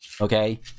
Okay